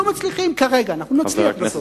לא מצליחים כרגע, נצליח בסוף.